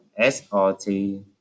SRT